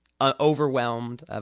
overwhelmed